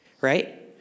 right